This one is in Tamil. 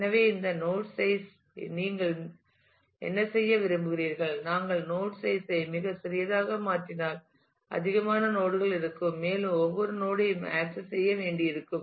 எனவே இந்த நோட் சைஸ் ஐ நீங்கள் என்ன செய்ய விரும்புகிறீர்கள் நாங்கள் நோட் சைஸ் ஐ மிகச் சிறியதாக மாற்றினால் அதிகமான நோட் கள் இருக்கும் மேலும் ஒவ்வொரு நோட் ஐயும் ஆக்சஸ் செய்ய வேண்டியிருக்கும்